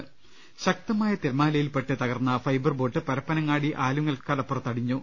ട ശക്തമായ തിരമാലയിൽപ്പെട്ട് തകർന്ന ഫൈബർ ബോട്ട് പരപ്പനങ്ങാടി ആലുങ്ങൽ കടപ്പുറത്തടിഞ്ഞു